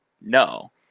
No